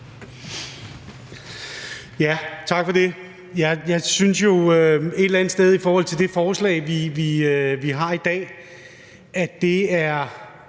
Tak for det. Jeg synes jo et eller andet sted i forhold til det forslag, vi har i dag, at det er